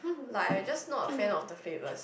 like I just not a fan of the flavours